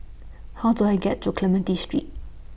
How Do I get to Clementi Street